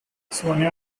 sonia